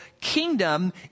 kingdom